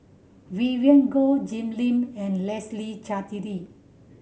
Vivien Goh Jim Lim and Leslie Charteri